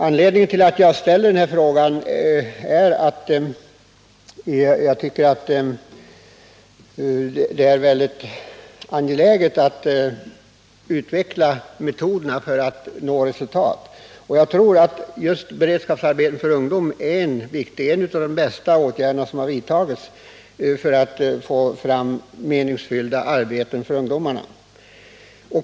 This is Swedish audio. Anledningen till att jag ställde denna fråga är att jag tycker att det är mycket angeläget att man utvecklar metoderna för att nå resultat i det här avseendet. Jag tror att just införandet av beredskapsarbeten för ungdom, särskilt i de enskilda företagen, är en av de bästa åtgärder som vidtagits när det gäller att få fram meningsfyllda arbeten för ungdomarna.